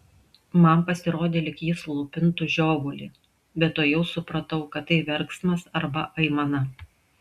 man pasirodė lyg ji slopintų žiovulį bet tuojau supratau kad tai verksmas arba aimana